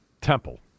Temple